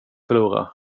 förlora